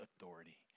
authority